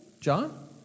John